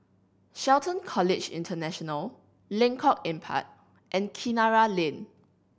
Shelton College International Lengkok Empat and Kinara Lane